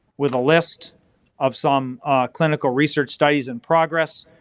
with a list of some clinical research studies in progress.